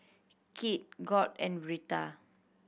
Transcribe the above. Kit Gauge and Birtha